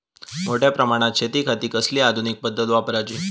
मोठ्या प्रमानात शेतिखाती कसली आधूनिक पद्धत वापराची?